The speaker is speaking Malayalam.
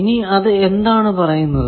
ഇനി അത് എന്താണ് പറയുന്നത്